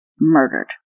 murdered